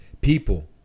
people